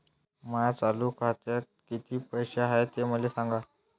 माया चालू खात्यात किती पैसे हाय ते मले सांगा